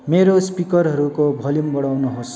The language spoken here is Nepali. मेरो स्पिकरहरूको भोल्युम बढाउनु होस्